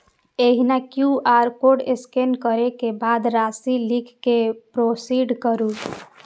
एहिना QR code scan करै के बाद राशि लिख कें प्रोसीड करू